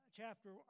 chapter